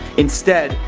instead,